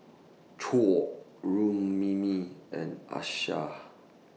Choor Rukmini and Akshay